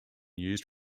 used